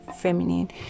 feminine